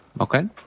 Okay